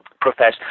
profess